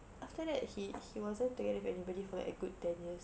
after that he he wasn't together with anybody for like a good ten years